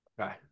Okay